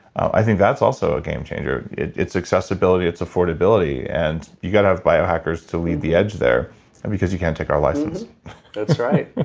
i think that's also a game changer. it's accessibility. it's affordability. and you got to have biohackers to lead the edge there because you can't take our license that's right